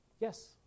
Yes